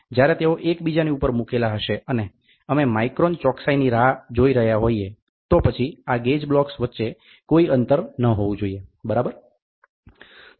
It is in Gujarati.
જ્યારે તેઓ એકબીજાની ઉપર મુકેલા હશે અને અમે માઇક્રોન ચોકસાઈની રાહ જોઈ રહ્યા હોઇએ તો પછી આ ગેજ બ્લોક્સ વચ્ચે કોઈ અંતર ન હોવું જોઈએ બરાબર